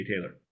Taylor